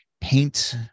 paint